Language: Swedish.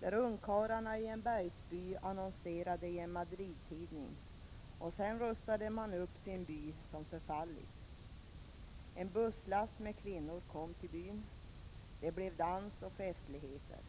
Där annonserade ungkarlarna i en bergsby i en Madridtidning. Sedan rustade man upp sin by som förfallit. En busslast med kvinnor kom till byn. Det blev dans och festligheter.